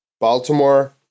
Baltimore